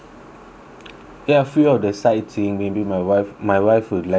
ya few of the sightseeing maybe my wife my wife would like to go to